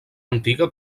antiga